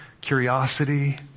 curiosity